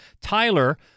Tyler